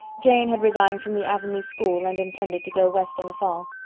jane had resigned from the avonlea school and intended to go west in the fall.